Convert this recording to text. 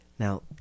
Now